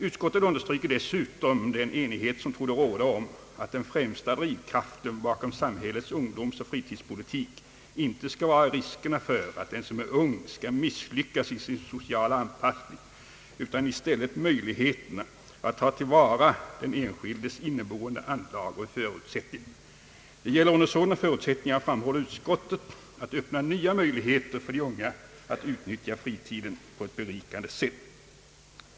Utskottet understryker dessutom den enighet som torde råda om att den främsta drivkraften bakom samhällets ungdomsoch fritidspolitik inte skall vara riskerna för att den som är ung skall misslyckas i sin sociala anpassning utan i stället möjligheterna att ta till vara den enskildes inneboende anlag och förutsättningar. Det gäller under sådana förutsättningar, framhåller utskottet, att öppna nya möjligheter för de unga att utnyttja fritiden på ett berikande sätt.